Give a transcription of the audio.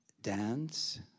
Dance